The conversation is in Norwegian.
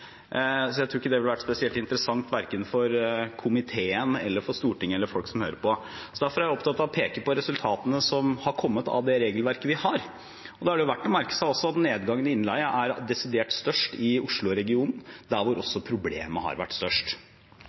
Jeg tror ikke det ville vært spesielt interessant verken for komiteen, for Stortinget eller for folk som hører på. Derfor er jeg opptatt av å peke på resultatene som har kommet av det regelverket vi har. Da er det verdt å merke seg at nedgangen i innleie er desidert størst i Oslo-regionen, der også problemet har vært størst.